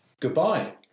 Goodbye